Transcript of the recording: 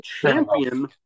champion